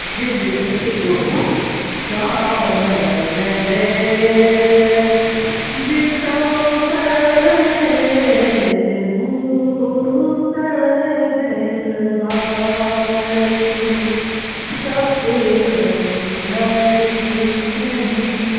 जी जी निश्चित रूपसे चानन भेल विषम सन रे भूषण भेल भारी सपनहुँ हरि नहि